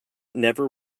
never